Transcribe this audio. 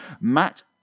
Matt